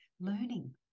learning